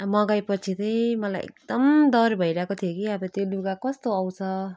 मगाएपछि चाहिँ मलाई एकदम डर भइरहेको थियो कि अब त्यो लुगा कस्तो आउँछ